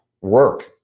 Work